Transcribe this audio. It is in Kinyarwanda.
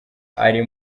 ari